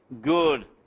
good